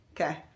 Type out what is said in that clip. Okay